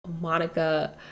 Monica